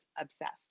obsessed